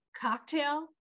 cocktail